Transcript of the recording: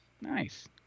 Nice